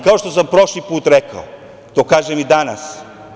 Kao što sam prošli put rekao to kažem i danas.